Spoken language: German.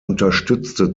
unterstützte